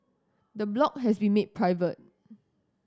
the blog has been made private